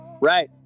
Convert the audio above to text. Right